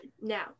Now